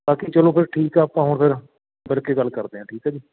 ਬਾਕੀ ਚਲੋ ਫਿਰ ਠੀਕ ਆ ਆਪਾਂ ਹੁਣ ਫਿਰ ਮਿਲਕੇ ਗੱਲ ਕਰਦੇ ਆ ਠੀਕ ਆ ਜੀ